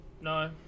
No